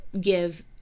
give